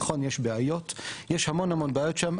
נכון, יש בעיות, יש המון המון בעיות שם.